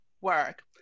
work